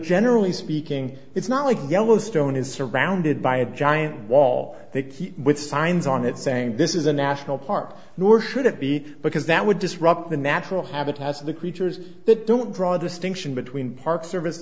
generally speaking it's not like yellowstone is surrounded by a giant wall with signs on it saying this is a national park nor should it be because that would disrupt the natural habitats of the creatures that don't draw distinctions between park service